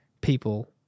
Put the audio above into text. People